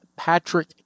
Patrick